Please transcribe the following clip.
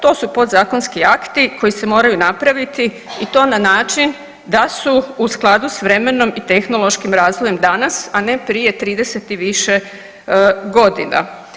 To su pozakonski akti koji se moraju napraviti i to na način da su u skladu s vremenom i tehnološkim razvojem danas, a ne prije 30 i više godine.